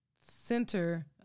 center